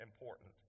important